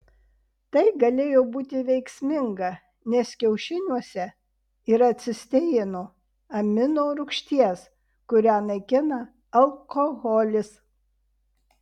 tai galėjo būti veiksminga nes kiaušiniuose yra cisteino amino rūgšties kurią naikina alkoholis